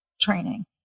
training